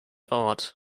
art